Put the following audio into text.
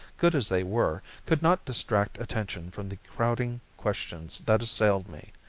good as they were, could not distract attention from the crowding questions that assailed me.